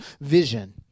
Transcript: vision